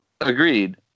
Agreed